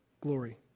glory